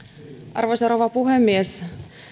arvoisa rouva puhemies